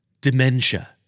Dementia